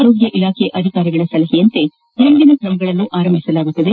ಆರೋಗ್ಯ ಇಲಾಖೆ ಅಧಿಕಾರಿಗಳ ಸಲಹೆಯಂತೆ ಮುಂದಿನ ಕ್ರಮಗಳನ್ನು ಪ್ರಾರಂಭಿಸಲಾಗುವುದು